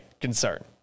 concern